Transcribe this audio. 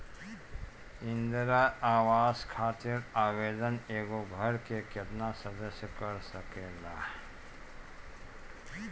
इंदिरा आवास खातिर आवेदन एगो घर के केतना सदस्य कर सकेला?